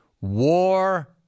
war